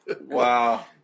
Wow